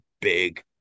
big